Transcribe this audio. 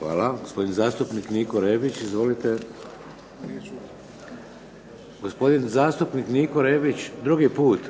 Hvala. Gospodin zastupnik Niko Rebić. Izvolite. Gospodin zastupnik Niko REbić, drugi put.